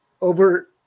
Over